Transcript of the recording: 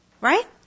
Right